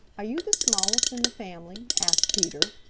are you the smallest in the family? asked peter,